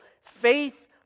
faith